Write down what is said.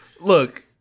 look